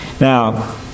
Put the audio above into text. Now